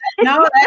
No